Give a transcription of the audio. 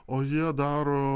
o jie daro